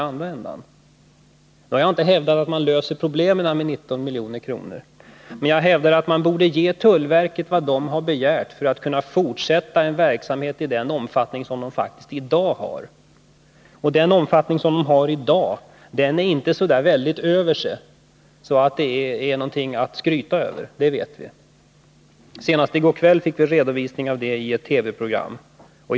Jag har inte hävdat att man löser problemen med 19 milj.kr., men jag hävdar att man bör ge tullverket vad det har begärt för att kunna fortsätta sin verksamhet i samma utsträckning som i dag. Vi vet att omfattningen av tullverkets verksamhet i dagsläget inte är så väldigt imponerande att den är någonting att skryta över. Senast i går kväll fick vi i ett TV-program en redovisning av tullens arbete.